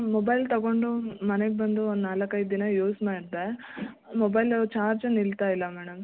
mobile ತಗೊಂಡು ಮನೆಗೆ ಬಂದು ಒಂದು ನಾಲ್ಕು ಐದು ದಿನ ಯೂಸ್ ಮಾಡಿದೆ ಮೊಬೈಲು ಚಾರ್ಜ್ ನಿಲ್ತಾ ಇಲ್ಲ ಮೇಡಮ್